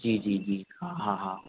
जी जी जी हाँ हाँ हाँ